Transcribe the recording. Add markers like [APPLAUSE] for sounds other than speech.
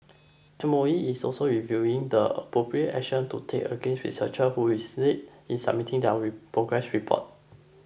[UNINTELLIGIBLE] E is also reviewing the appropriate action to take against researchers who is late in submitting their read progress report